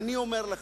ואני אומר לך: